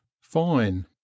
fine